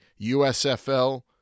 USFL